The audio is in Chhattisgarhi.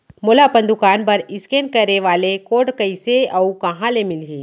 मोला अपन दुकान बर इसकेन करे वाले कोड कइसे अऊ कहाँ ले मिलही?